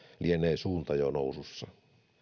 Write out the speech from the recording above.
lienee suunta jo nousussa